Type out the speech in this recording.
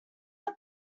have